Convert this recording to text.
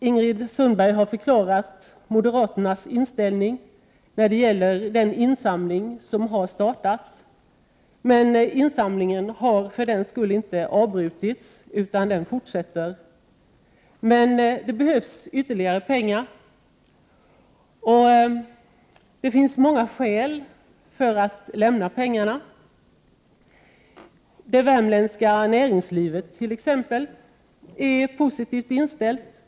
Ingrid Sundberg har förklarat moderaternas inställning till den insamling som har startat. Men insamlingen har för den föreliggande propositionens skull inte avbrutits, utan den fortsätter. Men det behövs mer pengar, och det finns många skäl till att lämna dessa pengar i bidrag. Det värmländska näringslivet ärt.ex. positivt inställt.